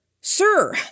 Sir